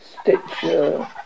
Stitcher